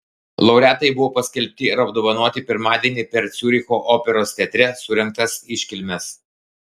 laureatai buvo paskelbti ir apdovanoti pirmadienį per ciuricho operos teatre surengtas iškilmes